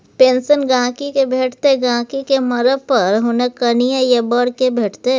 pension गहिंकी केँ भेटतै गहिंकी केँ मरब पर हुनक कनियाँ या बर केँ भेटतै